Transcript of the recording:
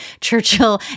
Churchill